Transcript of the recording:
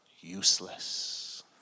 useless